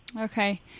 okay